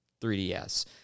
3DS